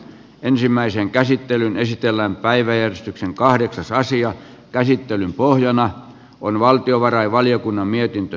ensimmäisen käsittelyn esitellään päiväjärjestyksen kahdeksassa asian käsittelyn pohjana on valtiovarainvaliokunnan mietintö